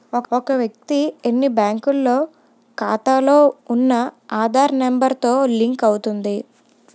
ఒక వ్యక్తి ఎన్ని బ్యాంకుల్లో ఖాతాలో ఉన్న ఆధార్ నెంబర్ తో లింక్ అవుతుంది